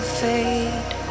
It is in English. fade